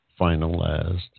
finalized